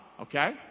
Okay